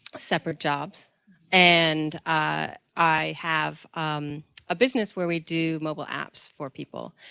separate jobs and i have a business where we do mobile apps for people.